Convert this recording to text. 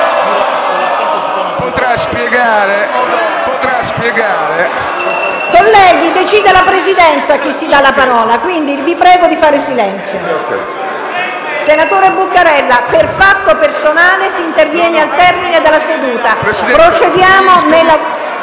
Colleghi, per cortesia. Decide la Presidenza a chi dare la parola, quindi vi prego di fare silenzio. Senatore Buccarella, per fatto personale si interviene al termine della seduta. Procediamo con